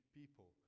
people